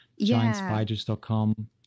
giantspiders.com